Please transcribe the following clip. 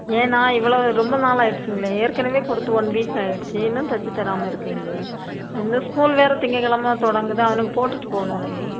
ஏன் அண்ணா இவ்வளோ ரொம்ப நாள் ஆகிடிச்சிங்களே ஏற்கனவே கொடுத்து ஒன் வீக் ஆகிடிச்சி இன்னும் தைச்சித் தராமல் இருக்கீங்களே இந்த ஸ்கூல் வேறு திங்கள் கெழம தொடங்குது அவனுக்கு போட்டுட்டுப் போகணும் இல்லைங்களா